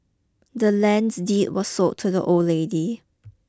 the land's deed was sold to the old lady